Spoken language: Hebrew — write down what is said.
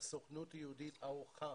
שהסוכנות היהודית ערוכה